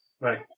Right